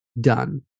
Done